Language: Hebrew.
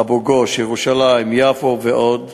אבו-גוש, ירושלים, יפו ועוד,